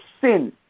sin